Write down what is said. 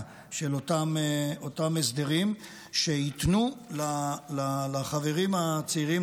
של אותם הסדרים שייתנו לחברים הצעירים,